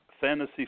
Fantasy